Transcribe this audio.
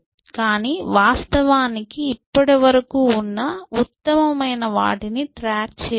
కానీ వాస్తవానికి ఇప్పటి వరకు ఉన్న ఉత్తమమైన వాటిని ట్రాక్ చేయవచ్చు